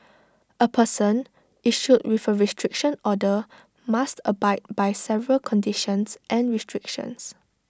A person issued with A restriction order must abide by several conditions and restrictions